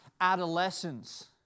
adolescence